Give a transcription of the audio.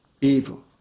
evil